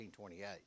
1928